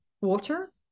water